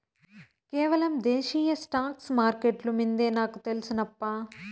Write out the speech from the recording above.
కేవలం దేశీయ స్టాక్స్ మార్కెట్లు మిందే నాకు తెల్సు నప్పా